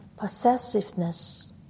possessiveness